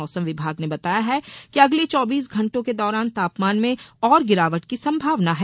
मौसम विभाग ने बताया है कि अगले चौबीस घण्टों के दौरान तापमान में और गिरावट की संभावना है